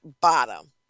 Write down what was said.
bottom